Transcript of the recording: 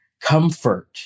comfort